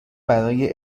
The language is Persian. برای